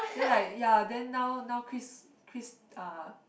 then like ya then now now Chris Chris uh